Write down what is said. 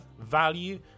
value